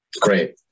Great